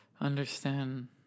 understand